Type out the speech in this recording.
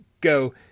Go